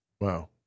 Wow